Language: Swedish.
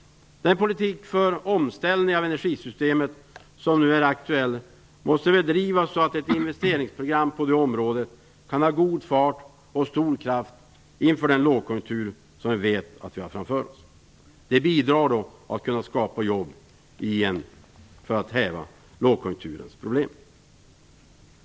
Den politik för omställning av energisystemet som nu är aktuell måste bedrivas så att ett investeringsprogram på detta område kan ha god fart och stor kraft inför den lågkonjunktur som vi vet att vi har framför oss. Det bidrar till att kunna skapa jobb igen för att häva lågkonjunkturens problem.